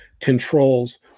controls